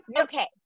Okay